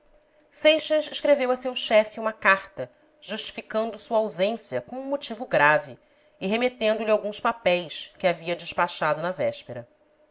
obrigações seixas escreveu a seu chefe uma carta justificando sua ausência com um motivo grave e remetendo lhe alguns papéis que havia despachado na véspera